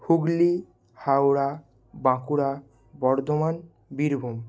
Hooghly Howrah Bankura Bardhaman Birbhum